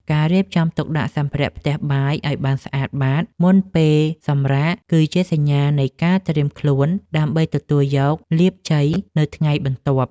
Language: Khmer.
ការរៀបចំទុកដាក់សម្ភារៈផ្ទះបាយឱ្យបានស្អាតបាតមុនពេលសម្រាក គឺជាសញ្ញានៃការត្រៀមខ្លួនដើម្បីទទួលយកលាភជ័យនៅថ្ងៃបន្ទាប់។